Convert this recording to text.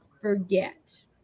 forget